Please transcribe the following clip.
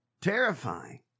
Terrifying